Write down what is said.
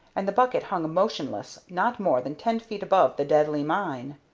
and the bucket hung motionless not more than ten feet above the deadly mine.